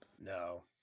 No